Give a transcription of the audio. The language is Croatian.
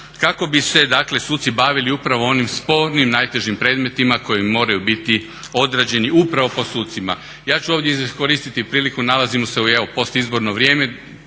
kako bi se dakle, suci bavili upravo onim spornim najtežim predmetima koji moraju biti odrađeni upravo po sucima. Ja ću ovdje iskoristiti priliku, nalazimo se evo u post izborno vrijeme.